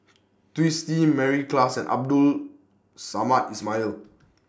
Twisstii Mary Klass and Abdul Samad Ismail